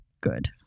good